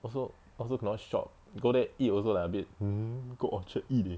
also also don't want shop go there eat also like a bit um go orchard eat leh